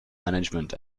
management